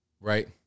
Right